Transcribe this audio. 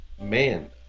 man